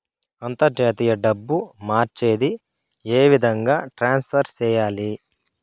అంతర్జాతీయ డబ్బు మార్చేది? ఏ విధంగా ట్రాన్స్ఫర్ సేయాలి?